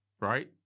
right